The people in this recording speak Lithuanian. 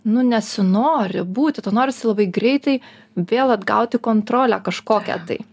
nu nesinori būti tu norisi labai greitai vėl atgauti kontrolę kažkokią tai